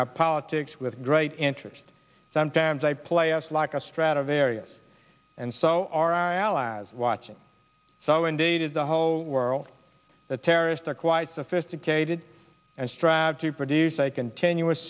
our politics with great interest sometimes i play us like a stradivarius and so are our allies watching so indeed the whole world the terrorists are quite sophisticated and strive to produce a continuous